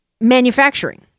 manufacturing